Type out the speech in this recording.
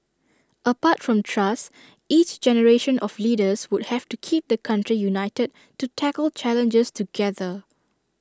apart from trust each generation of leaders would have to keep the country united to tackle challenges together